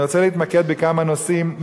אני רוצה להתמקד בכמה נושאים,